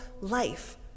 life